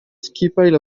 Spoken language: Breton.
skipailh